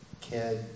kid